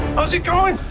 how's it going?